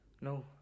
no